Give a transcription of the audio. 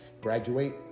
Graduate